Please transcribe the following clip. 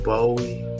Bowie